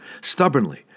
Stubbornly